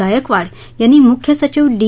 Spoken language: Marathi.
गायकवाड यांनी मुख्य सचिव डी